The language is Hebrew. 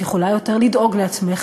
את יכולה יותר לדאוג לעצמך,